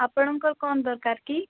ଆପଣଙ୍କର କ'ଣ ଦରକାର କି